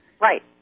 Right